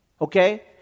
Okay